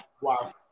Wow